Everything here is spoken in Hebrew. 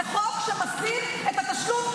זה חוק שמסדיר את התשלום,